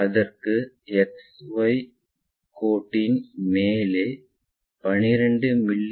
அதற்காக X Y கோட்டின் மேலே 12 மி